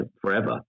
forever